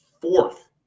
fourth